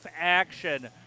action